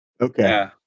okay